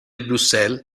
bruxelles